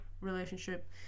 relationship